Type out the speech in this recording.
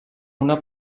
una